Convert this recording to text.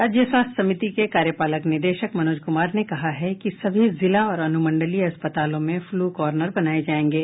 राज्य स्वास्थ्य समिति के कार्यपालक निदेशक मनोज क्मार ने कहा है कि सभी जिला और अन्मंडलीय अस्पतालों में फ्लू कॉनर्र बनाये जायेंगे